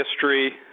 history